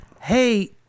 Hey